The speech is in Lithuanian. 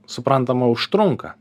suprantama užtrunka